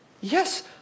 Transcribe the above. yes